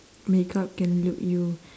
makeup can look you